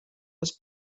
els